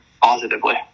positively